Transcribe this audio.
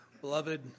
Beloved